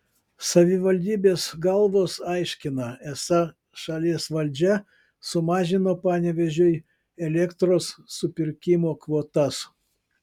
savivaldybės galvos aiškina esą šalies valdžia sumažino panevėžiui elektros supirkimo kvotas